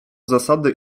zasady